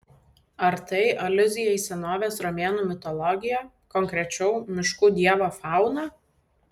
ar tai aliuzija į senovės romėnų mitologiją konkrečiau miškų dievą fauną